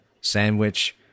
sandwich